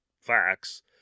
facts